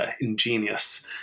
ingenious